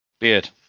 Beard